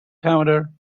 counter